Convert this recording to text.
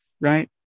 right